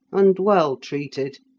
and well treated.